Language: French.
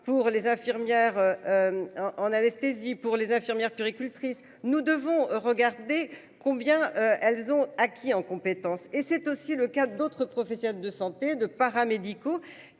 pour les infirmières. En en anesthésie. Pour les infirmières puéricultrices. Nous devons regarder combien elles ont acquis en compétences et c'est aussi le cas d'autres professionnels de santé de paramédicaux